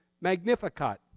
Magnificat